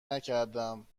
نکردم